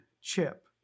chip